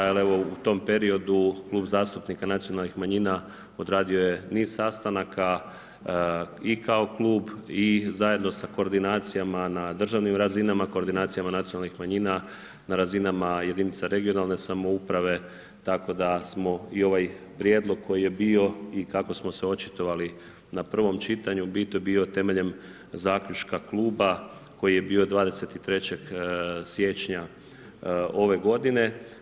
Ali, evo u tom periodu Klub zastupnika nacionalnim manjina odradio je niz sastanaka i kao klub i zajedno sa koordinacijama na državnim razinama, koordinacijama nacionalnih manjina na razinama jedinica regionalne samouprave, tako da smo i ovaj prijedlog koji je bio i kako smo se očitovali na prvom čitanju u biti bio temeljem zaključka kluba koji je bio 23. siječnja ove godine.